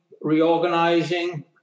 reorganizing